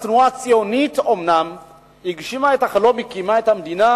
התנועה הציונית אומנם הגשימה את החלום והקימה את המדינה,